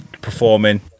performing